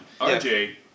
rj